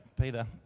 Peter